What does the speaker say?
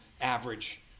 average